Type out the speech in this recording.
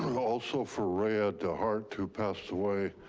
also for rhea dehart who passed away,